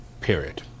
Period